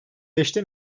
beşte